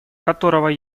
которого